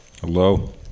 Hello